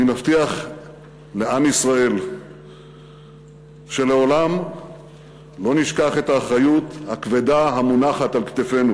אני מבטיח לעם ישראל שלעולם לא נשכח את האחריות הכבדה המונחת על כתפינו,